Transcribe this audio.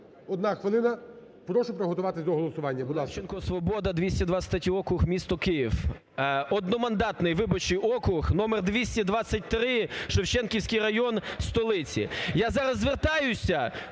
одна хвилина. Прошу приготуватися до голосування.